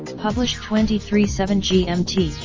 published twenty three seven gmt,